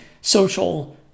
social